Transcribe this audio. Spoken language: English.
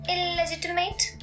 Illegitimate